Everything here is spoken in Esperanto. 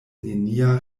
nenia